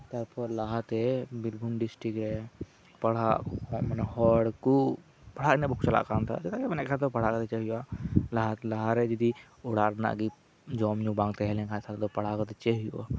ᱛᱟᱨᱯᱚᱨ ᱞᱟᱦᱟᱛᱮ ᱵᱤᱨᱵᱷᱩᱢ ᱰᱤᱥᱴᱨᱤᱠ ᱨᱮ ᱯᱟᱲᱦᱟᱜ ᱢᱟᱱᱮ ᱦᱚᱲ ᱠᱚ ᱢᱟᱱᱮ ᱯᱟᱲᱦᱟᱜ ᱜᱮ ᱵᱟᱠᱚ ᱪᱟᱞᱟᱜ ᱠᱟᱱ ᱛᱟᱦᱮᱸᱱᱟ ᱢᱮᱱᱟᱠᱚ ᱯᱟᱲᱦᱟᱣ ᱠᱟᱛᱮᱫ ᱪᱮᱫ ᱦᱩᱭᱩᱜᱼᱟ ᱞᱟᱦᱟᱨᱮ ᱡᱩᱫᱤ ᱚᱲᱟᱜ ᱨᱮᱱᱟᱜ ᱜᱮ ᱡᱚᱢᱼᱧᱩ ᱵᱟᱝ ᱛᱟᱦᱮᱸ ᱞᱮᱱᱠᱷᱟᱱ ᱛᱟᱨᱯᱚᱨᱮ ᱫᱚ ᱯᱟᱲᱦᱟ ᱠᱟᱛᱮ ᱪᱮᱫ ᱦᱩᱭᱩᱜᱼᱟ